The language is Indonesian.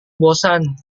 bosan